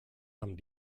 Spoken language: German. haben